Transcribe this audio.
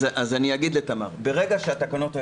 זה לא נוגע לתקנות האלה.